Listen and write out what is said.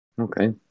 Okay